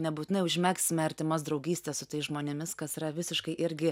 nebūtinai užmegsime artimas draugystes su tais žmonėmis kas yra visiškai irgi